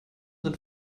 sind